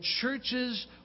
churches